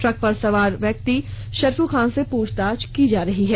truck पर सवार व्यक्ति शरफू खान से पूछताछ की जा रही है